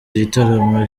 igitaramo